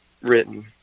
written